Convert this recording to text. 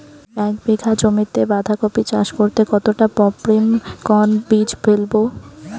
এক বিঘা জমিতে বাধাকপি চাষ করতে কতটা পপ্রীমকন বীজ ফেলবো?